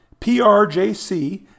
PRJC